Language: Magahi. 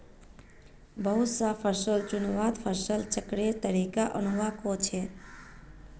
बहुत ला फसल चुन्वात फसल चक्रेर तरीका अपनुआ कोह्चे